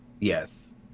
Yes